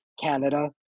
canada